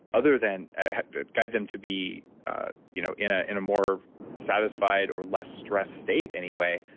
other than to guide them to be you know in ah in a more satisfied or less stressed state anyway,